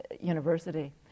university